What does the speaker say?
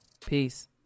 Peace